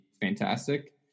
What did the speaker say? fantastic